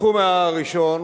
התחום הראשון